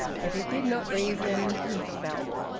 but he did not reason he felt.